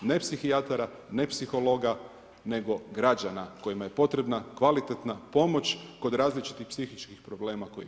Ne psihijatara, ne psihologa, nego građana, kojima je potrebna kvalitetna pomoć, kod različitih psihičkih problema koje ima.